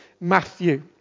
Matthew